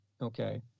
Okay